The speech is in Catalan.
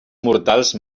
mortals